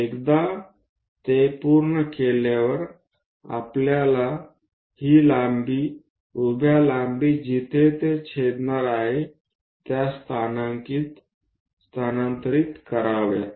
एकदा ते पूर्ण केल्यावर आपल्याला ही लांबी उभ्या लांबी जिथे ते छेदणार आहेत त्या स्थानांतरित कराव्यात